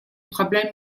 problèmes